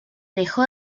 dejó